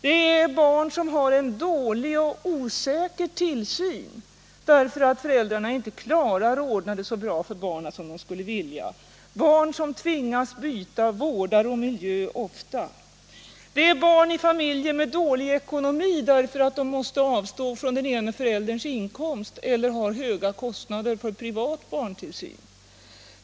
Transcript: Det är barn som har en dålig och osäker tillsyn därför att föräldrarna inte klarar att ordna det så bra för barnen som de skulle 37 vilja, barn som tvingas byta vårdare och miljö ofta. Det är barn i familjer med dålig ekonomi därför att de måste avstå från den ena förälderns inkomst eller har höga kostnader för privat barntillsyn.